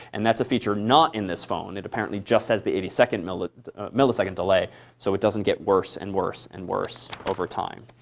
and that's a feature not in this phone. it apparently just has the eighty millisecond millisecond delay so it doesn't get worse, and worse, and worse, over time.